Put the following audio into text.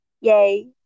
Yay